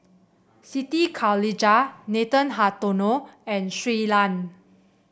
Siti Khalijah Nathan Hartono and Shui Lan